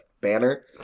banner